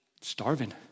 starving